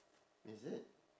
is it